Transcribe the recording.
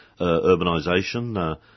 urbanisation